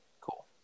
Cool